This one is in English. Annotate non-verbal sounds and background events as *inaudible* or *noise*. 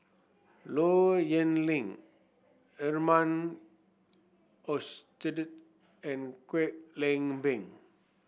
Low Yen Ling Herman *unintelligible* and Kwek Leng Beng